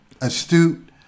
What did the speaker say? astute